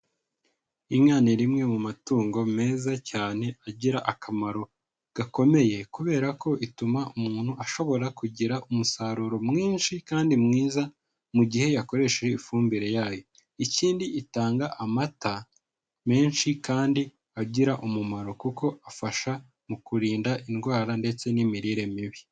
Inka ni rimwe mu matungo meza cyane agira akamaro gakomeye kubera ko ituma umuntu ashobora kugira umusaruro mwinshi kandi mwiza mu gihe yakoresheje ifumbire yayo ikindi itanga amata menshi kandi agira umumaro kuko afasha mu kurinda indwara ndetse n'imirire mibi.